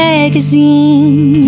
Magazine